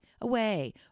away